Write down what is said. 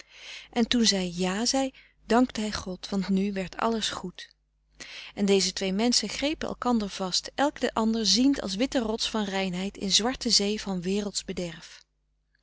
en toen zij ja zei dankte hij god want nu werd alles goed en deze twee menschen grepen elkander vast elk den ander ziend als witte rots van reinheid in zwarte zee van wereldsch bederf